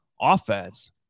offense